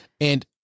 And-